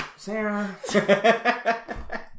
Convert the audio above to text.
Sarah